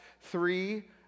three